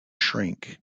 shrink